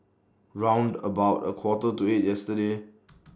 round about A Quarter to eight yesterday